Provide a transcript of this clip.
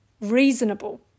reasonable